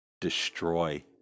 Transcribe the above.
destroy